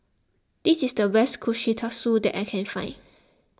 this is the best Kushikatsu that I can find